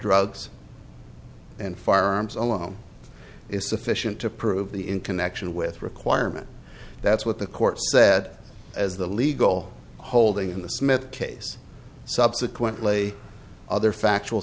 drugs and firearms alone is sufficient to prove the in connection with requirement that's what the court said as the legal holding in the smith case subsequently other factual